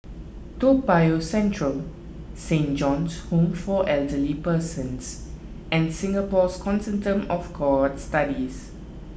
Toa Payoh Central Saint John's Home for Elderly Persons and Singapore's Consortium of Cohort Studies